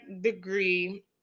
degree